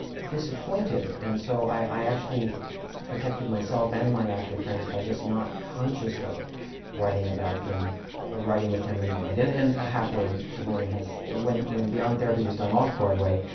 disappointed. and so, i i actually protected myself and my actor friends by just not consciously writing about them or, writing with them in mind. and and ah happily, sigourney has ah when when beyond therapy was done off-broadway,